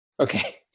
Okay